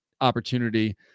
opportunity